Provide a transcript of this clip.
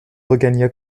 regagna